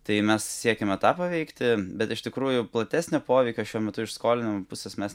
tai mes siekiame tą paveikti bet iš tikrųjų platesnio poveikio šiuo metu iš skolinimo pusės mes